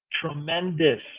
tremendous